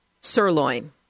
sirloin